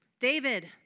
David